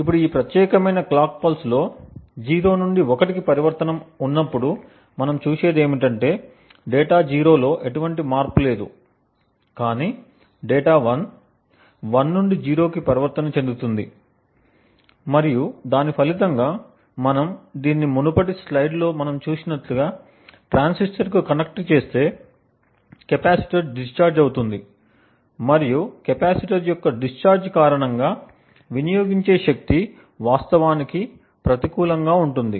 ఇప్పుడు ఈ ప్రత్యేకమైన క్లాక్ పల్స్లో 0 నుండి 1 కి పరివర్తనం ఉన్నప్పుడు మనం చూసేది ఏమిటంటే డేటా 0 లో ఎటువంటి మార్పు లేదు కాని డేటా 1 1 నుండి 0 కు పరివర్తన చెందుతుంది మరియు దాని ఫలితంగా మనం దీన్ని మునుపటి స్లైడ్లో మనం చూసినట్లుగా ట్రాన్సిస్టర్ కు కనెక్ట్ చేస్తే కెపాసిటర్ డిశ్చార్జ్ అవుతుంది మరియు కెపాసిటర్ యొక్క డిశ్చార్జ్ కారణంగా వినియోగించే శక్తి వాస్తవానికి ప్రతికూలంగా ఉంటుంది